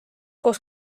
koos